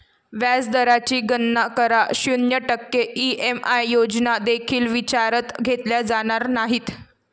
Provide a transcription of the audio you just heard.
व्याज दराची गणना करा, शून्य टक्के ई.एम.आय योजना देखील विचारात घेतल्या जाणार नाहीत